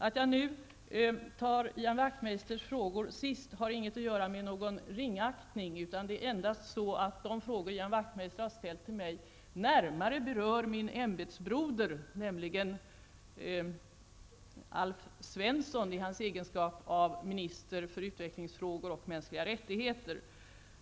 Att jag nu tar Ian Wachtmeisters frågor sist har inget att göra med någon ringaktning, utan det är endast så att de frågor Ian Wachtmeister har ställt till mig närmare berör min ämbetsbroder, nämligen Alf Svensson i hans egenskap av minister för utvecklingsfrågor och mänskliga rättigheter.